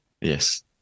Yes